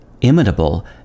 imitable